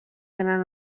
tenen